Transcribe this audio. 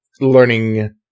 learning